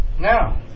Now